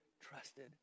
trusted